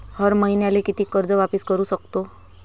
हर मईन्याले कितीक कर्ज वापिस करू सकतो?